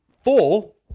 full